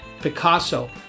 Picasso